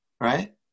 right